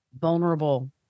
Vulnerable